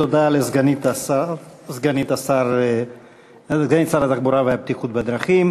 תודה לסגנית שר התחבורה והבטיחות בדרכים.